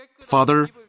Father